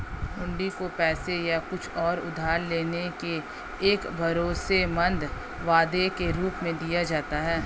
हुंडी को पैसे या कुछ और उधार लेने के एक भरोसेमंद वादे के रूप में दिया जाता है